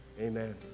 Amen